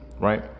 right